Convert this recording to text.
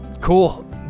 Cool